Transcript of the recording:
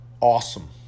Awesome